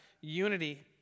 unity